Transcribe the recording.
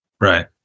right